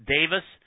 Davis